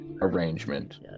arrangement